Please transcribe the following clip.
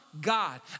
God